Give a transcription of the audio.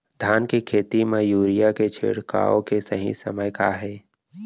धान के खेती मा यूरिया के छिड़काओ के सही समय का हे?